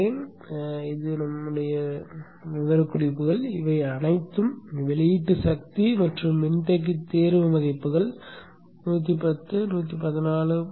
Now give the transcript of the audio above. எனவே ஆம் விவரக்குறிப்புகள் இவை அனைத்தும் வெளியீட்டு சக்தி மற்றும் மின்தேக்கிகளின் தேர்வு மதிப்புகள் 110 114